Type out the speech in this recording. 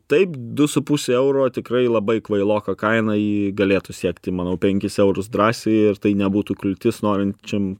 taip du su puse euro tikrai labai kvailoka kaina ji galėtų siekti manau penkis eurus drąsiai ir tai nebūtų kliūtis norinčiam